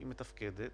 והיא מתפקדת.